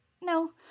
no